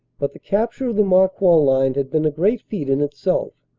but the capture of the marcoing line had been a great feat in itself,